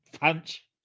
punch